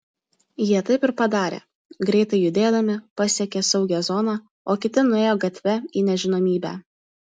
jie taip ir padarė greitai judėdami pasiekė saugią zoną o kiti nuėjo gatve į nežinomybę